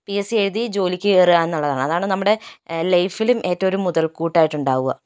P S C എഴുതി ജോലിക്ക് കയറുക എന്നുള്ളതാണ് അതാണ് നമ്മുടെ ലൈഫിലും ഏറ്റവും ഒരു മുതൽക്കൂട്ടായിട്ട് ഉണ്ടാകുക